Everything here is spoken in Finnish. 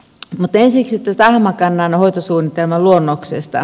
mutta ensiksi tästä ahmakannan hoitosuunnitelman luonnoksesta